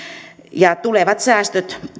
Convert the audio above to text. tulevat säästöt